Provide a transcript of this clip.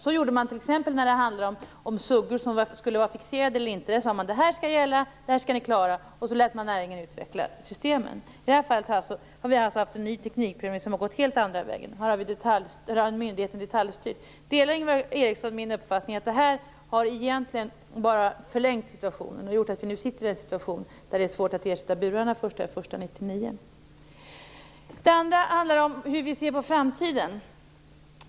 Så gjorde man när det var fråga om ifall suggor skulle var fixerade eller inte. I det här fallet har det alltså skett en helt ny teknikprovning där myndigheten har gått in och detaljstyrt. Delar Ingvar Eriksson min uppfattning att detta egentligen bara har förlängt det hela och medfört att vi nu befinner oss i en situation där det är svårt att ersätta burarna den 1 januari 1999? Ingvar Eriksson undrade hur vi ser på framtiden.